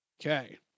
Okay